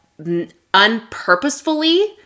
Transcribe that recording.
unpurposefully